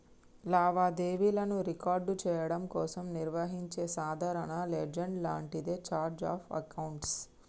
లావాదేవీలను రికార్డ్ చెయ్యడం కోసం నిర్వహించే సాధారణ లెడ్జర్ లాంటిదే ఛార్ట్ ఆఫ్ అకౌంట్స్